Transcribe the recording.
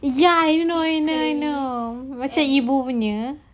ya I know I know I know macam ibu punya